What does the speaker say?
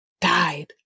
died